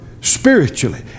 spiritually